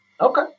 Okay